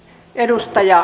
kiitos